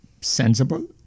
sensible